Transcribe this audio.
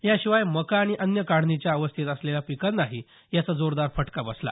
या शिवाय मका आणि अन्य काढणीच्या अवस्थेत असलेल्या पिकांनाही याचा फटका बसला